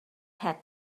had